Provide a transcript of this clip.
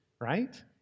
right